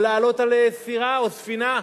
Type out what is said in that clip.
או לעלות על סירה או ספינה,